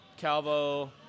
Calvo